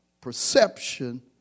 perception